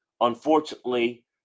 Unfortunately